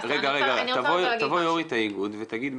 תבוא יו"ר האיגוד ותגיד,